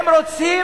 הם רוצים,